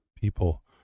people